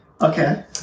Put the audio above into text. Okay